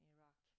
Iraq